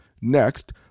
Next